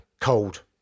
cold